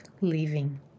living